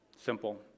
simple